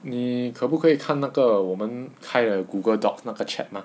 你可不可以看那个我们开了 Google docs 那个 chat 吗